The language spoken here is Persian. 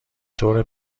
طور